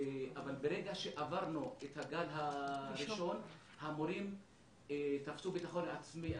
אבל ברגע שעברנו את הגל הראשון המורים תפסו ביטחון עצמי.